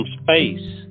space